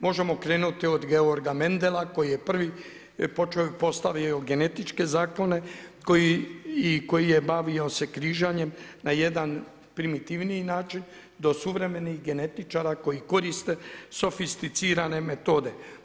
Možemo krenuti od Gregor Menedela koji je prvi postavio genetičke zakone i koji se bavio križanjem na jedan primitivniji način do suvremenih genetičara koji koriste sofisticirane metode.